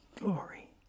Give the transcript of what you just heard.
glory